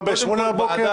לא בשמונה בבוקר.